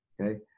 Okay